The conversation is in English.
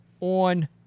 on